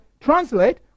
translate